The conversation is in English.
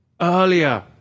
earlier